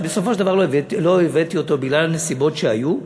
בסופו של דבר לא הבאתי אותו בגלל הנסיבות שהיו,